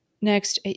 Next